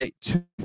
two